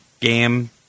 game